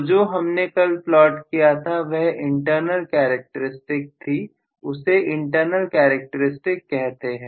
तो जो हमने कल प्लॉट किया था वह इंटरनल कैरेक्टरिस्टिक थी उसे इंटरनल कैरेक्टरस्टिक्स कहते हैं